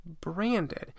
branded